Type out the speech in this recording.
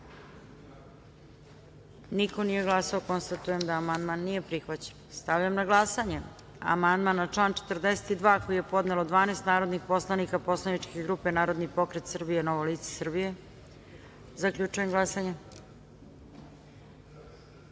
niko nije glasao. Konstatujem da ovaj amandman nije prihvaćen. Stavljam na glasanje amandman na član 61. koji je podnelo 10 narodnih poslanika poslaničke grupe Narodni pokret Srbije – Novo lice Srbije. Zaključujem glasanje: